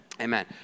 Amen